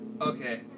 Okay